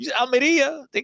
Almeria